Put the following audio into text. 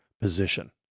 position